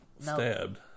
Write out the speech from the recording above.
stabbed